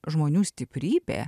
žmonių stiprybė